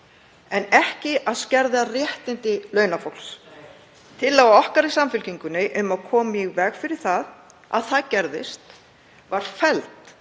en ekki að skerða réttindi launafólks. Tillaga okkar í Samfylkingunni, um að koma í veg fyrir að það gerðist, var felld